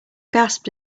gasped